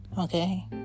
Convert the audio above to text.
Okay